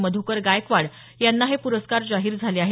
मध्कर गायकवाड यांना हे प्रस्कार जाहीर झाले आहेत